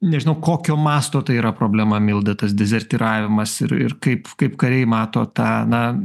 nežinau kokio masto tai yra problema milda tas dezertyravimas ir ir kaip kaip kariai mato tą na